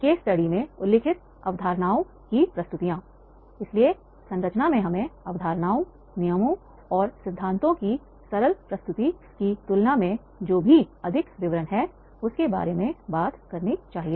case study में उल्लिखित अवधारणाओं की प्रस्तुतियाँ इसलिए संरचना में हमें अवधारणाओं नियमों और सिद्धांतों की सरल प्रस्तुति की तुलना में जो भी अधिक विवरण हैं उनके बारे में बात करनी होगी